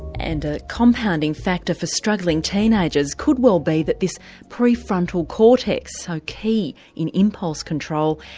and a compounding factor for struggling teenagers could well be that this prefrontal cortex, so key in impulse control,